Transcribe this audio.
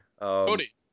Cody